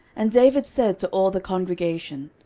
and david said to all the congregation,